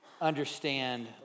understand